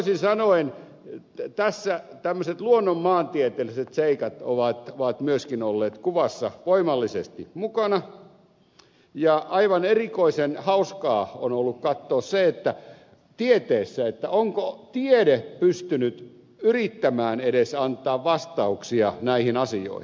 toisin sanoen tässä tämmöiset luonnonmaantieteelliset seikat ovat myöskin olleet kuvassa voimallisesti mukana ja aivan erikoisen hauskaa on ollut katsoa onko tiede pystynyt edes yrittämään antaa vastauksia näihin asioihin